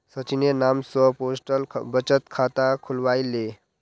सचिनेर नाम स पोस्टल बचत खाता खुलवइ ले